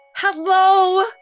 Hello